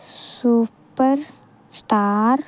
super star